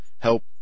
help